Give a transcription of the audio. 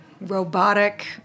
robotic